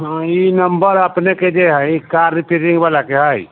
हँ ई नम्बर अपनेके जे हइ ई कार रिपेयरिंगवलाके हइ